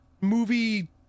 movie